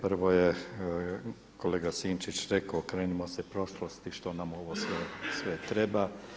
Prvo je kolega Sinčić rekao okrenimo se prošlosti što nam ovo sve treba.